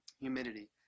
humidity